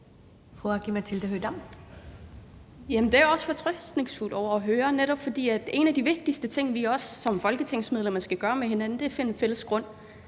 Det er jeg også fortrøstningsfuld over at høre, for en af de vigtigste ting, vi som folketingsmedlemmer skal gøre, er at finde en fælles grund